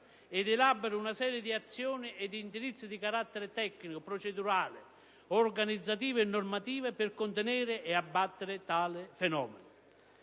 ed elabori una serie di azioni e di indirizzi di carattere tecnico, procedurale, organizzativo e normativo per contenere e abbattere tale fenomeno.